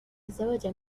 الزواج